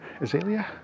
Azalea